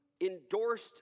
endorsed